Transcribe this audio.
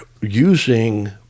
using